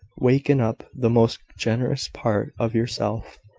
waken up the most generous part of yourself.